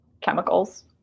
chemicals